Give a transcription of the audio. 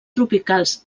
tropicals